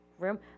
room